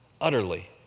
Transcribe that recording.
Utterly